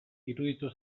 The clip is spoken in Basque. iruditu